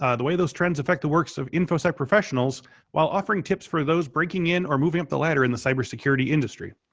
ah the way those trends affect the works of infosight professionals while offering tips for those breaking in or moving up the ladder in the cyber security industry.